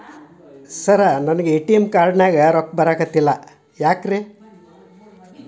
Sir ನನಗೆ ATM card ನಲ್ಲಿ ರೊಕ್ಕ ಬರತಿಲ್ಲ ಯಾಕ್ರೇ?